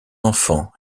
enfants